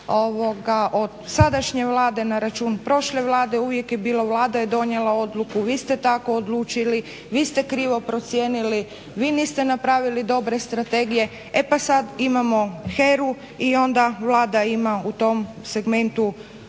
od sadašnje Vlade na račun prošle Vlade uvijek je bilo Vlada je donijela odluku, vi ste tako odlučili, vi ste krivo procijenili, vi niste napravili dobre strategije. E pa sad imamo HERA-u i onda Vlada ima u tom segmentu